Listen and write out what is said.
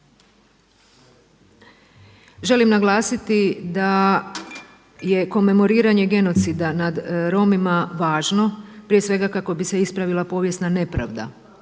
Želim naglasiti da je komemoriranje genocida nad Romima važno prije svega kako bi se ispravila povijesna nepravda